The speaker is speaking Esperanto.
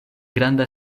granda